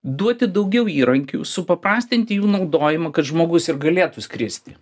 duoti daugiau įrankių supaprastinti jų naudojimą kad žmogus ir galėtų skristi